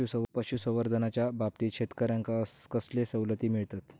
पशुसंवर्धनाच्याबाबतीत शेतकऱ्यांका कसले सवलती मिळतत?